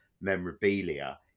memorabilia